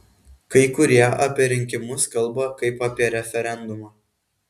kai kurie apie rinkimus kalba kaip apie referendumą